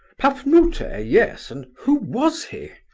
pafnute, ah yes. and who was he?